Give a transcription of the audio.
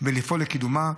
ולפעול לקידומה.